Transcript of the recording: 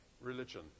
Religion